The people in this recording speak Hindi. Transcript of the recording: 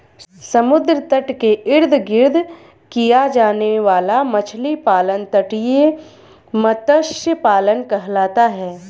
समुद्र तट के इर्द गिर्द किया जाने वाला मछली पालन तटीय मत्स्य पालन कहलाता है